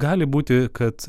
gali būti kad